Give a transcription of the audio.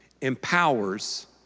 empowers